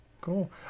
Cool